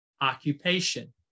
occupation